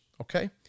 okay